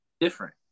Different